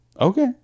Okay